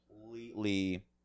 completely